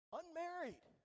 unmarried